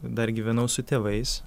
dar gyvenau su tėvais